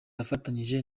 afatanyije